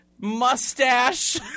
mustache